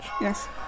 yes